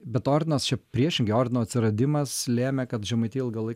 bet ordinas čia priešingai ordino atsiradimas lėmė kad žemaitija ilgą laik